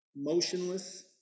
motionless